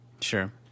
Sure